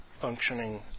functioning